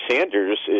Sanders